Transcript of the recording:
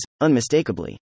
unmistakably